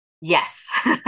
Yes